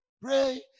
pray